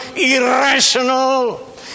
irrational